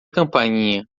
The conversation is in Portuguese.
campainha